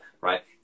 right